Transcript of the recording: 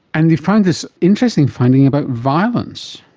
and you found this interesting finding about violence.